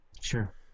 sure